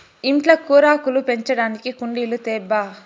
ఇంట్ల కూరాకులు పెంచడానికి కుండీలు తేబ్బా